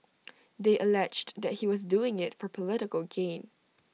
they alleged that he was doing IT for political gain